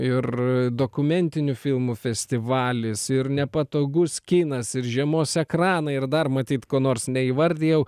ir dokumentinių filmų festivalis ir nepatogus kinas ir žiemos ekranai ir dar matyt ko nors neįvardijau